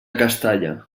castalla